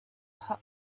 hot